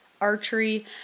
archery